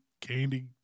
candy